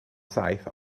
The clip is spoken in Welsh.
saith